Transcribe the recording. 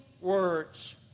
words